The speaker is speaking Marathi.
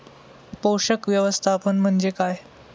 पोषक व्यवस्थापन म्हणजे काय?